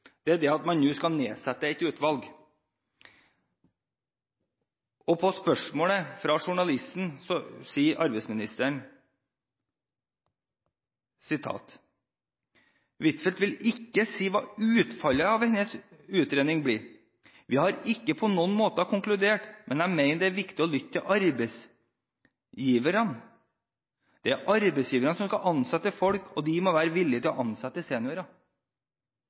realiteten sier, er at man nå skal nedsette et utvalg. På spørsmålet fra journalisten er svaret: «Huitfeldt vil ikke si hva utfallet av en utredning blir. Vi har ikke på noen måte konkludert, men jeg mener det er viktig å lytte til arbeidsgiverne. Det er arbeidsgiverne som skal ansette folk, og de må være villige til å ansette seniorer.»